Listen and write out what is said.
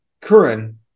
Curran